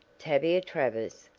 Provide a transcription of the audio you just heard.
tavia travers!